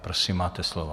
Prosím, máte slovo.